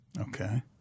Okay